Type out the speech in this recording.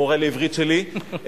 המורה לעברית שלי,